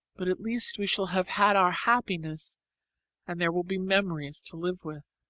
but at least we shall have had our happiness and there will be memories to live with.